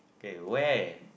k where